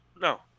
No